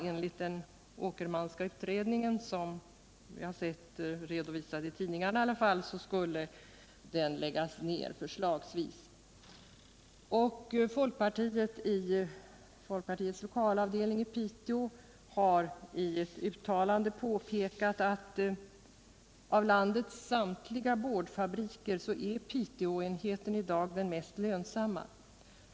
Enligt den Åkermanska utredningen som jag har sett redovisad i tidningarna skulle den fabriken eventuellt läggas ner. Folkpartiets lokalavdelning i Piteå har i ett uttalande påpekat att av landets samtliga boardfabriker är Piteåenheten i dag den mest lönsamma.